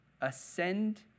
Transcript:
ascend